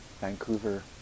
Vancouver